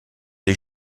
des